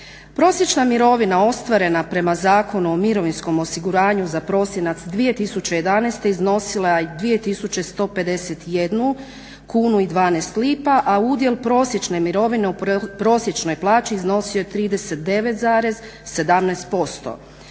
Prosječna mirovina ostvarena prema Zakonu o mirovinskom osiguranju za prosinac 2011. iznosila je 2151,12 kunu a udjel prosječne mirovine u prosječnoj plaći iznosi je 39,17%.